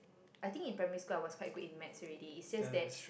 I think in primary school I was quite good in maths already it's just that